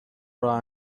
راه